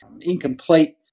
incomplete